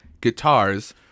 guitars